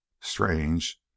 Strange